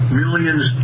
millions